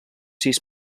sis